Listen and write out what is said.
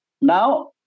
Now